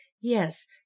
yes